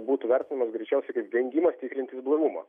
būtų vertinamas greičiausiai vengimas tikrintis blaivumą